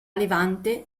levante